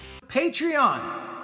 Patreon